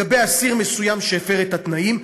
שהפר את התנאים,